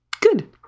Good